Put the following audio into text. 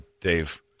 Dave